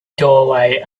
doorway